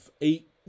eight